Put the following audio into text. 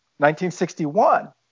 1961